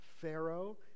Pharaoh